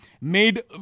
made